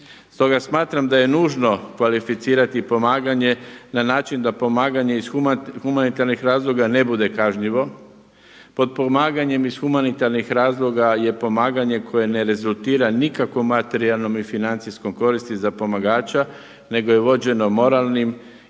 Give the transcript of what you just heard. Stoga smatram da je nužno kvalificirati pomaganje na način da pomaganje iz humanitarnih razloga ne bude kažnjivo. Pod pomaganjem iz humanitarnih razloga je pomaganje koje ne rezultira nikakvom materijalnom i financijskom koristi za pomagača, nego je vođeno moralnim